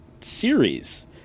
series